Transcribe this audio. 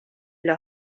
los